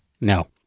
No